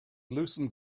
loosened